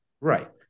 Right